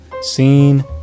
scene